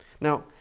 Now